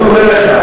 אני אומר לך,